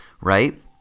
right